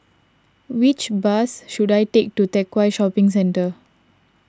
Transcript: which bus should I take to Teck Whye Shopping Centre